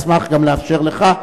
אשמח לאפשר גם לך.